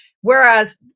whereas